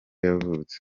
yavutse